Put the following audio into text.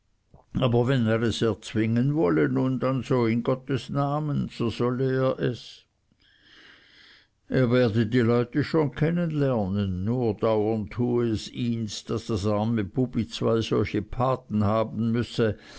aber wenn er es erzwingen wolle nun so dann in gottes namen so solle er es er werde die leute schon kennen lernen nur dauern tue es ihns daß das arme bubi zwei solche paten haben müsse